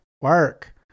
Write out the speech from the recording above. Work